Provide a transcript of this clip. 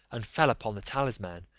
and fell upon the talisman,